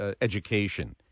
education